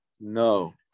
No